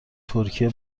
ترکیه